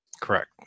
Correct